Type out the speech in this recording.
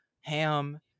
ham